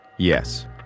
Yes